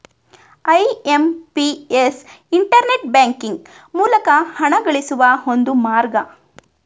IMPS internet banking ಮೂಲಕ ಹಣಗಳಿಸುವ ಒಂದು ಮಾರ್ಗ